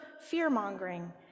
fear-mongering